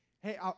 Hey